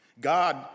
God